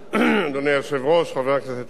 1 3. לגבי כביש 31 לערד,